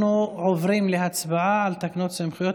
אנחנו עוברים להצבעה על תקנות סמכויות